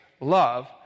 love